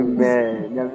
Amen